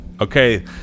Okay